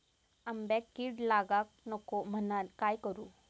आंब्यक कीड लागाक नको म्हनान काय करू?